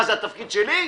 מה, זה תפקיד שלי?